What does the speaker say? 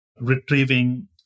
retrieving